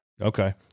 Okay